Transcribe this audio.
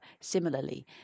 similarly